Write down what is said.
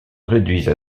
réduisent